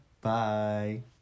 bye